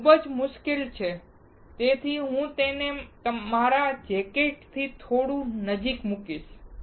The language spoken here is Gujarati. તે ખૂબ મુશ્કેલ છે તેથી હું તેને મારા જેકેટ ની થોડું નજીક મૂકીશ